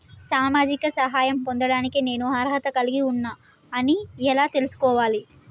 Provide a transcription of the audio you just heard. సామాజిక సహాయం పొందడానికి నేను అర్హత కలిగి ఉన్న అని ఎలా తెలుసుకోవాలి?